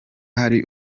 hari